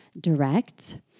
direct